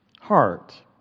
heart